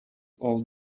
old